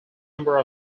number